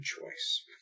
choice